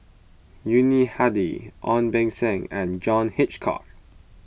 Yuni Hadi Ong Beng Seng and John Hitchcock